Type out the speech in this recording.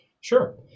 Sure